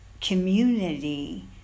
community